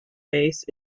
base